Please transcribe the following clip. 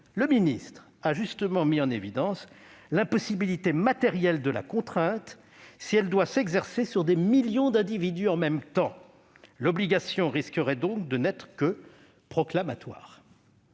le ministre a justement mis en évidence l'impossibilité matérielle de la contrainte, si elle doit s'exercer sur des millions d'individus en même temps. L'obligation risquerait donc de n'être que proclamatoire.